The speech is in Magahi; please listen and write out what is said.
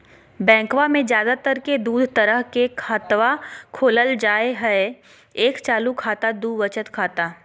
बैंकवा मे ज्यादा तर के दूध तरह के खातवा खोलल जाय हई एक चालू खाता दू वचत खाता